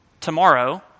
tomorrow